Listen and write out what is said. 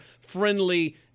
friendly